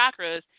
chakras